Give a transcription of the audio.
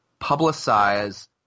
publicize